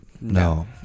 No